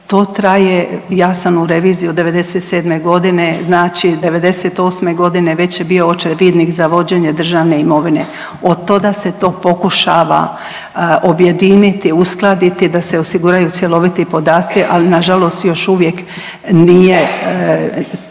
To traje, ja sam u reviziji od '97.g., znači '98.g. već je bio Očevidnik za vođenje državne imovine, otada se to pokušava objediniti i uskladiti da se osiguraju cjeloviti podaci, ali nažalost još uvijek nije,